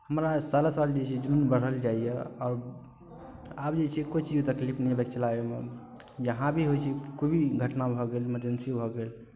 हमरा सालक साल जे छै जुनून बढ़ल जाइए आओर आब जे छै किछु भी तकलीफ नहि बचलै एहिमे जहाँ भी होइ छै कोइ भी घटना भऽ गेल इमर्जेन्सी भऽ गेल